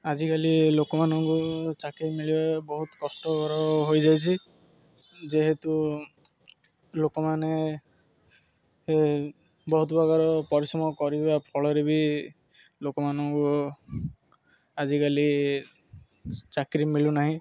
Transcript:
ଆଜିକାଲି ଲୋକମାନଙ୍କୁ ଚାକିରି ମିଳିବା ବହୁତ କଷ୍ଟକର ହୋଇଯାଇଛି ଯେହେତୁ ଲୋକମାନେ ବହୁତ ପ୍ରକାର ପରିଶ୍ରମ କରିବା ଫଳରେ ବି ଲୋକମାନଙ୍କୁ ଆଜିକାଲି ଚାକିରି ମିଳୁନାହିଁ